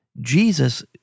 Jesus